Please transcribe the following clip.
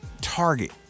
Target